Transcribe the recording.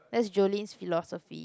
that's Jolene's philosophy